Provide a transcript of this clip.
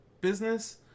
business